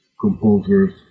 composers